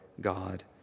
God